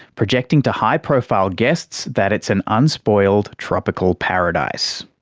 projecting to high profile guests that it's an unspoiled, tropical paradise.